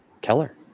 Keller